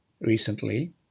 recently